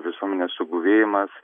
visuomenės suguvėjimas